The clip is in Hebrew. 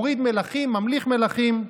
מוריד מלכים, ממליך מלכים.